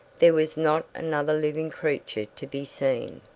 there was not another living creature to be seen.